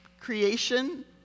creation